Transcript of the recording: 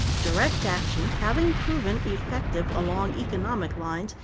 direct action, having proven effective along economic lines,